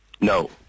No